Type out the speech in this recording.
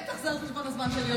בטח על חשבון הזמן שלי.